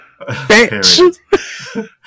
Bitch